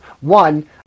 One